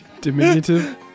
diminutive